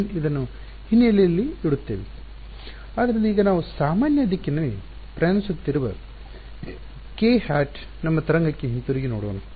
ಆದ್ದರಿಂದ ಈಗ ನಾವು ಸಾಮಾನ್ಯ ದಿಕ್ಕಿನಲ್ಲಿ ಪ್ರಯಾಣಿಸುತ್ತಿರುವ kˆ ನಮ್ಮ ತರಂಗಕ್ಕೆ ಹಿಂತಿರುಗಿ ನೋಡೋಣ